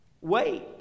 Wait